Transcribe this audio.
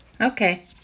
Okay